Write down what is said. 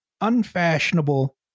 unfashionable